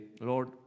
Lord